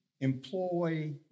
employ